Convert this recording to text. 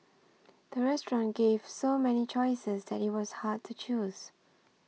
the restaurant gave so many choices that it was hard to choose